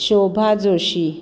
Shobha Joshi